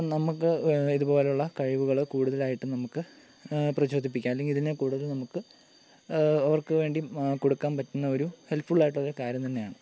നമുക്ക് ഇതുപോലെയുള്ള കഴിവുകൾ കൂടുതലായിട്ടും നമുക്ക് പ്രചോദിപ്പിക്കാം അല്ലെങ്കിൽ ഇതിനെ കൂടുതൽ നമുക്ക് അവർക്ക് വേണ്ടി കൊടുക്കാൻ പറ്റുന്ന ഒരു ഹെല്പ്ഫുള്ളായിട്ട് ഉള്ളൊരു കാര്യം തന്നെയാണ്